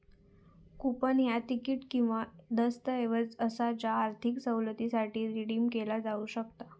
coupon ह्या ticket किंवा दस्तऐवज असा ज्या आर्थिक सवलतीसाठी रिडीम केला जाऊ शकता